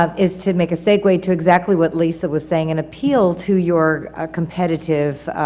ah is to make a segue to exactly what lisa was saying. an appeal to your competitive,